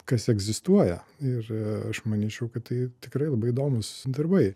kas egzistuoja ir aš manyčiau kad tai tikrai labai įdomūs darbai